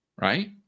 right